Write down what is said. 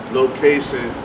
location